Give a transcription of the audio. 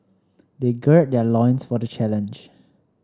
they gird their loins for the challenge